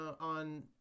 on